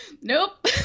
nope